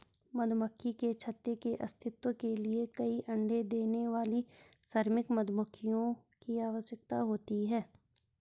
मधुमक्खी के छत्ते के अस्तित्व के लिए कई अण्डे देने वाली श्रमिक मधुमक्खियों की आवश्यकता होती है